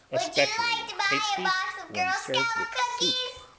especially tasty when served with soup.